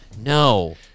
no